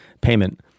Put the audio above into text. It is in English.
payment